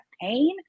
pain